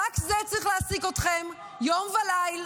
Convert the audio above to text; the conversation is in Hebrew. רק זה צריך להעסיק אתכם יום וליל,